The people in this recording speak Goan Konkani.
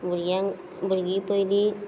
भुरग्यांक भुरगीं पयली